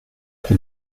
pour